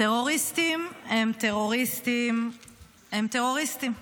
טרוריסטים הם טרוריסטים הם טרוריסטים.